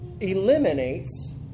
eliminates